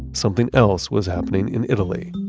something else was happening in italy.